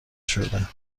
شده